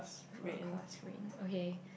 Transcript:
forecast rain okay